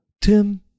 Tim